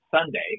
Sunday